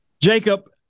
Jacob